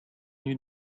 you